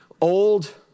old